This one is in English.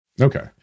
Okay